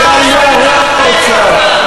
חברת הכנסת בירן,